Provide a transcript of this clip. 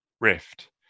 rift